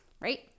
right